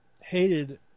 hated